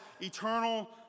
eternal